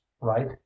right